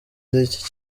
z’iki